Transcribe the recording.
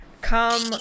come